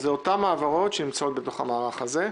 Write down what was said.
זה אותן העברות שנמצאות בתוך המערך הזה.